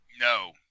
No